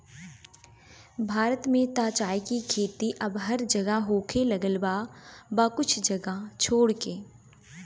भारत में त चाय के खेती अब हर जगह होखे लागल बा कुछ जगह के छोड़ के